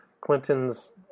Clinton's